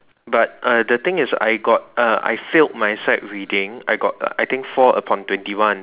but uh the thing is I got uh I failed my sight reading I got I think four upon twenty one